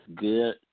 good